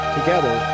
Together